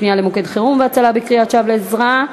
פנייה למוקד חירום והצלה בקריאת שווא לעזרה),